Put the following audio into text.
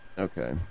okay